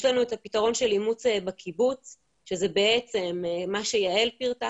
יש את הפתרון של אימוץ בקיבוץ שזה בעצם מה שיעל פירטה,